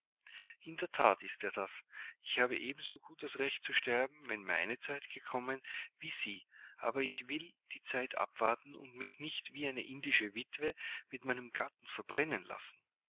in der that ist er das ich habe ebensogut das recht zu sterben wenn meine zeit kommt wie sie aber ich will die zeit abwarten und mich nicht wie eine indische witwe mit meinem gatten verbrennen lassen